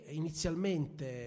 inizialmente